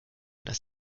dass